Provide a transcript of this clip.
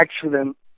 accident